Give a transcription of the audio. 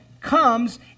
comes